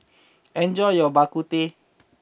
enjoy your Bak Kut Teh